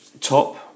top